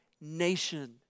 nation